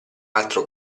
altro